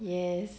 yes